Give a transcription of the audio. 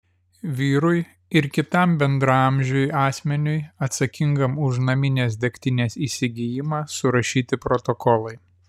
vyrui ir kitam bendraamžiui asmeniui atsakingam už naminės degtinės įsigijimą surašyti protokolai